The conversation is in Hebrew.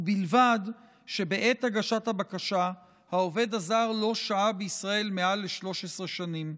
ובלבד שבעת הגשת הבקשה העובד הזר לא שהה בישראל מעל 13 שנים.